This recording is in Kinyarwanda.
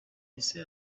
ese